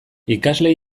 ikasle